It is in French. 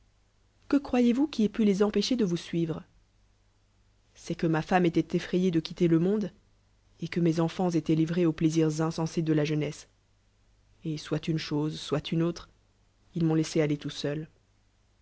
que croyez-vous qui ait pu les entpéchcr de vous enivre c'est que ma femme étoa effrayée de quilter le monde et que mescnfants élllient livrés auz plaisirs inse nsés de la jeunesse et suit nue chose soit une aùtre il m'onlla mé aller tout seul